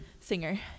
Singer